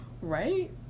Right